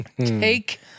take